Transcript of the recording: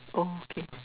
okay